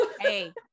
hey